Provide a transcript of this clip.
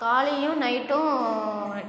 காலையிலேயும் நைட்டும்